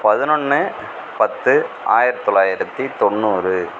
பதினொன்று பத்து ஆயிரத்தி தொள்ளாயிரத்தி தொண்ணூறு